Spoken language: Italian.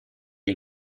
che